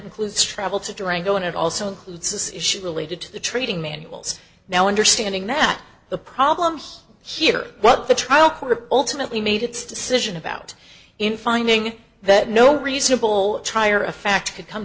includes travel to durango and it also includes this issue related to the trading manuals now understanding that the problems here what the trial court ultimately made its decision about in finding that no reasonable trier of fact could come